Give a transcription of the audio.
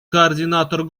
координатор